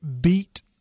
beat